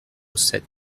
sept